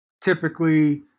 typically